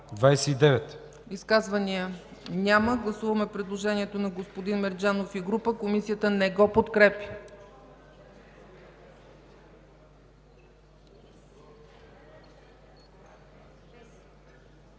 Изказвания? Няма. Гласуваме предложението на господин Мерджанов и група. Комисията не го подкрепя.